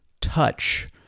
touch